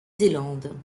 zélande